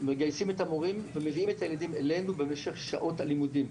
מגייסים את המורים ומביאים את הילדים אלינו במשך שעות הלימודים.